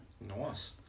Nice